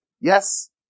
yes